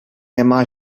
nemá